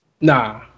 Nah